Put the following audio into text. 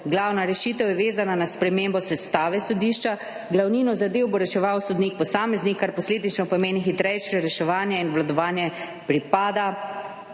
Glavna rešitev je vezana na spremembo sestave sodišča, glavnino zadev bo reševal sodnik posameznik, kar posledično pomeni hitrejše reševanje in obvladovanje pripada